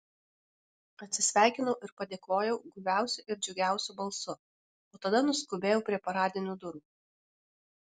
atsisveikinau ir padėkojau guviausiu ir džiugiausiu balsu o tada nuskubėjau prie paradinių durų